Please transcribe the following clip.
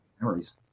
memories